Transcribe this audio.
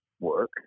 work